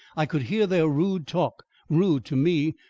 i could hear their rude talk rude to me,